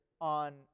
on